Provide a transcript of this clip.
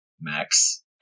Max